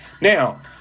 Now